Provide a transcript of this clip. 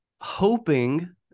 hoping